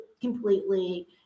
completely